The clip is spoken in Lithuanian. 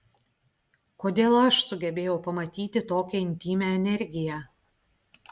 kodėl aš sugebėjau pamatyti tokią intymią energiją